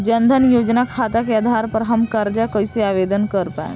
जन धन योजना खाता के आधार पर हम कर्जा कईसे आवेदन कर पाएम?